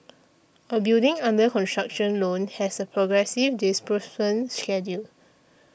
a building under construction loan has a progressive schedule